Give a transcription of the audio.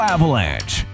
Avalanche